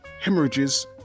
hemorrhages